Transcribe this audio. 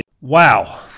Wow